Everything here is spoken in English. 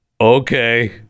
Okay